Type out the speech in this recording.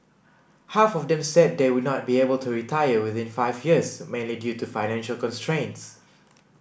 half of them said they would not be able to retire within five years mainly due to financial constraints